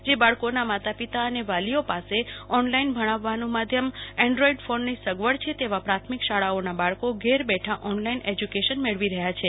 જે બાળકોના માતાપિતા અને વાલીઓ પાસે ઓનલાઇન ભણાવવાનું માધ્યમ એન્ડ્રીઇડ ફોનની સગવડ છે તેવા પ્રાથમિક શાળાઓના બાળકો ઘેર બેઠાં ઓનલાઇન એજયુકેશન મેળવી રહ્યા છે